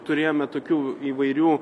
turėjome tokių įvairių